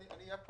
אני משתדל,